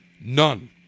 None